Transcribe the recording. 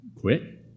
Quit